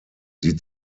sie